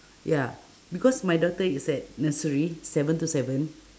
ya because my daughter is at nursery seven to seven